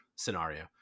scenario